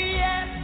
yes